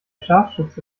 scharfschütze